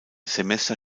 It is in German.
semester